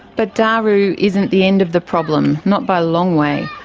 but daru isn't the end of the problem. not by a long way.